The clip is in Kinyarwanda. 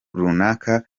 runaka